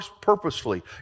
purposefully